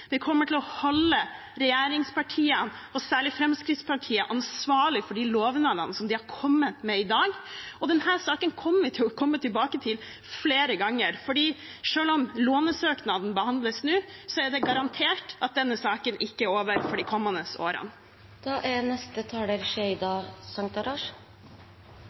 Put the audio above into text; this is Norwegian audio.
Vi kommer til å holde regjeringspartiene, og særlig Fremskrittspartiet, ansvarlige for lovnadene de har kommet med i dag, og denne saken vil vi komme tilbake til flere ganger. Selv om lånesøknaden behandles nå, er det garantert at denne saken ikke er over for de kommende årene.